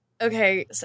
okay